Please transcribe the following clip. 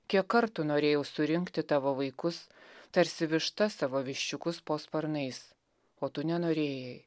kiek kartų norėjau surinkti tavo vaikus tarsi višta savo viščiukus po sparnais o tu nenorėjai